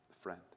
Friend